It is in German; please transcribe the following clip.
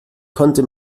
konnte